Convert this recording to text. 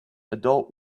adult